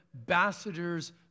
ambassadors